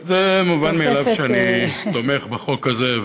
מובן מאליו שאני תומך בחוק הזה.